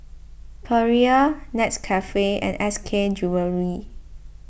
Perrier Nescafe and S K Jewellery